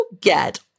get